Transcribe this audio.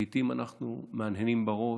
לעיתים אנחנו מהנהנים בראש,